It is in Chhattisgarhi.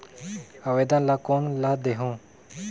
आवेदन ला कोन ला देहुं?